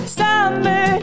summer